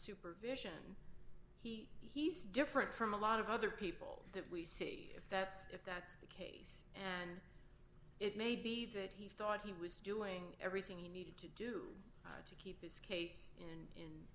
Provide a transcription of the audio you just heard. supervision he he's different from a lot of other people that we see if that's if that's the case and it may be that he thought he was doing everything you need to do keep his case in